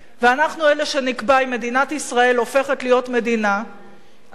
ואנחנו אלה שנקבע אם מדינת ישראל הופכת להיות מדינה אחת